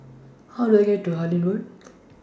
How Do I get to Harlyn Road